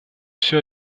все